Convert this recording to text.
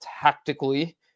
tactically